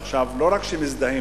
ועכשיו, לא רק שמזדהים.